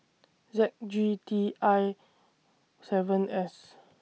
Z G T I seven S